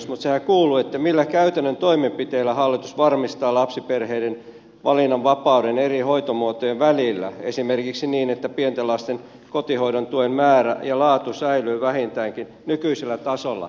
mutta sehän kuuluu että millä käytännön toimenpiteillä hallitus varmistaa lapsiperheiden valinnan vapauden eri hoitomuotojen välillä esimerkiksi niin että pienten lasten kotihoidon tuen määrä ja laatu säilyy vähintäänkin nykyisellä tasolla